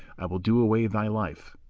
i will do away thy life.